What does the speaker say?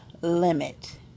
limit